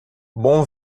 bom